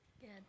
Good